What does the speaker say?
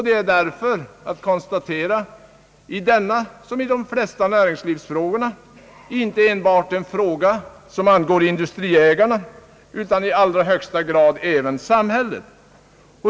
Det är att konstatera att denna näringslivsfråga, liksom de flesta andra sådana frågor, inte enbart angår industriägarna utan i allra högsta grad även samhället.